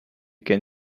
can